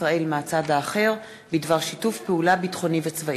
ישראל בדבר שיתוף פעולה ביטחוני וצבאי.